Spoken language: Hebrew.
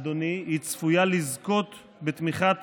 אדוני, היא צפויה לזכות בתמיכת